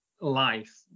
life